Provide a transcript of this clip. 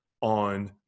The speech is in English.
on